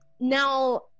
Now